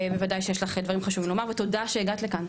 ובוודאי שיש לך דברים חשובים לומר ותודה שהגעת לכאן.